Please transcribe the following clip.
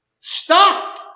Stop